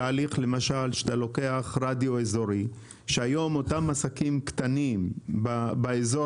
מתהליך שאתה לוקח רדיו אזורי שהיום אותם עסקים קטנים בעיקר